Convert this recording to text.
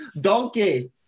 Donkey